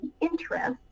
interest